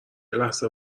لحظه